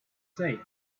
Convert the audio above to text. say